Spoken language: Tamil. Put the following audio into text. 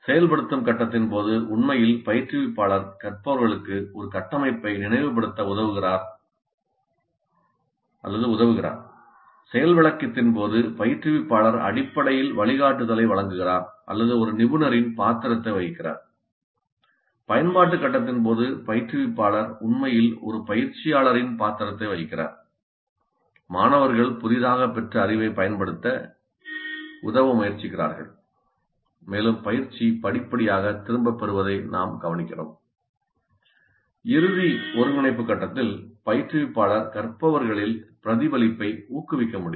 செயல்படுத்தும் கட்டத்தின் போது உண்மையில் பயிற்றுவிப்பாளர் கற்பவர்களுக்கு ஒரு கட்டமைப்பை நினைவுபடுத்த உதவுகிறார் உதவுகிறார் செயல் விளக்கத்தின் போது பயிற்றுவிப்பாளர் அடிப்படையில் வழிகாட்டுதலை வழங்குகிறார் அல்லது ஒரு நிபுணரின் பாத்திரத்தை வகிக்கிறார் பயன்பாட்டு கட்டத்தின் போது பயிற்றுவிப்பாளர் உண்மையில் ஒரு பயிற்சியாளரின் பாத்திரத்தை வகிக்கிறார் மாணவர்கள் புதிதாகப் பெற்ற அறிவைப் பயன்படுத்த உதவ முயற்சிக்கிறார்கள் மேலும் பயிற்சி படிப்படியாக திரும்பப் பெறுவதை நாம் கவனிக்கிறோம் இறுதி ஒருங்கிணைப்பு கட்டத்தில் பயிற்றுவிப்பாளர் கற்பவர்களில் பிரதிபலிப்பை ஊக்குவிக்க வேண்டும்